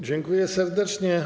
Dziękuję serdecznie.